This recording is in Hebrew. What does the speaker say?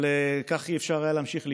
אבל כך לא היה אפשר להמשיך לפעול,